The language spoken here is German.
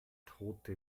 tote